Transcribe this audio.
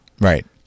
Right